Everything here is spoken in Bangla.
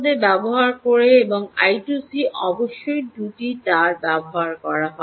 তার মধ্যে ব্যবহার করে এবং আই 2 সি অবশ্যই 2 টি তার ব্যবহার করে